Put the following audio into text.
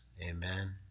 Amen